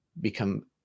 become